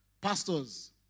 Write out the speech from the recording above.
pastors